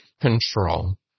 control